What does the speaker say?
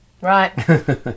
Right